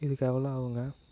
இதுக்கு எவ்வளோ ஆகுங்க